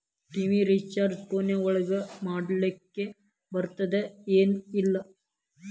TV recharge phone ಒಳಗ ಮಾಡ್ಲಿಕ್ ಬರ್ತಾದ ಏನ್ ಇಲ್ಲ?